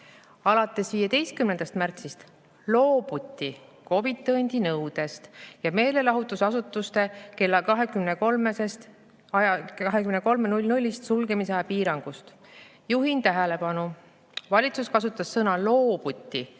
Alates 15. märtsist loobuti COVID-i tõendi nõudest ja meelelahutusasutuste kella 23.00 sulgemise aja piirangust. Juhin tähelepanu: valitsus kasutas sõna "loobuti",